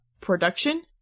production